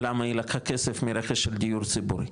למה היא לקחה כסף מרכש של דיון ציבורי,